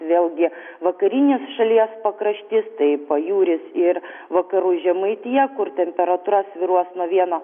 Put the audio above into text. vėlgi vakarinis šalies pakraštys tai pajūris ir vakarų žemaitija kur temperatūra svyruos nuo vieno